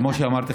כמו שאמרתי,